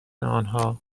آنها